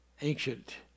ancient